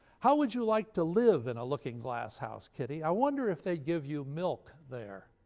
how would you like to live in a looking-glass house, kitty? i wonder if they'd give you milk, there?